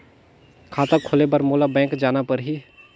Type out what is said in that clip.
खाता खोले बर मोला बैंक जाना परही?